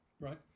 right